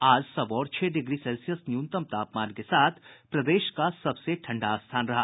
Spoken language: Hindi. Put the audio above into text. आज सबौर छह डिग्री सेल्सियस न्यूनतम तापमान के साथ प्रदेश का सबसे ठंडा स्थान रहा